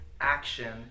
action